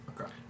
Okay